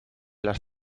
las